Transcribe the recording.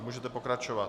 Můžete pokračovat.